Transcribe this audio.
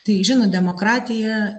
tai žinot demokratija